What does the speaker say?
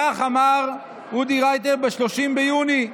כך אמר אודי רייטר ב-30 ביוני.